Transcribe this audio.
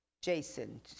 jason